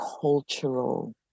cultural